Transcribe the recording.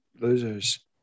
losers